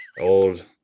old